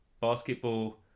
Basketball